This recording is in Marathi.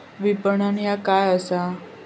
विपणन ह्या काय असा?